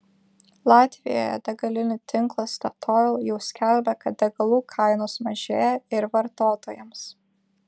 latvijoje degalinių tinklas statoil jau skelbia kad degalų kainos mažėja ir vartotojams